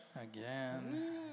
Again